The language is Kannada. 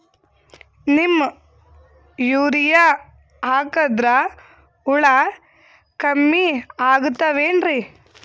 ನೀಮ್ ಯೂರಿಯ ಹಾಕದ್ರ ಹುಳ ಕಮ್ಮಿ ಆಗತಾವೇನರಿ?